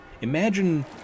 Imagine